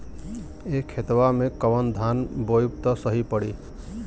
ए खेतवा मे कवन धान बोइब त सही पड़ी?